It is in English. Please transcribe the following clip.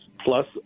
plus